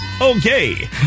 Okay